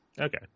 Okay